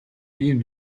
ийм